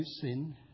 sin